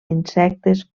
insectes